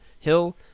Hill